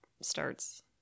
starts